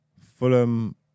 Fulham